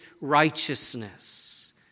righteousness